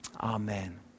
Amen